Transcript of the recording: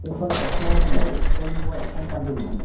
এইখন একম শতিকাৰ স্ক্ৰ'ল ৰূপৰ এখন পাণ্ডুলিপি